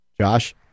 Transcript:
Josh